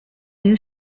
new